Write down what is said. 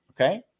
okay